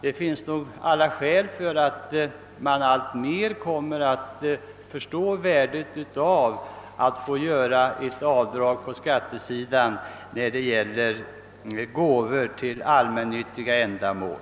Det finns alla skäl anta att allt fler i kammaren kommer att inse värdet av att människor får göra avdrag i deklarationen för gåvor till allmännyttiga ändamål.